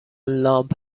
لامپ